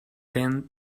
then